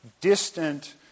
distant